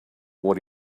what